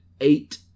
eight